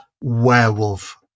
werewolf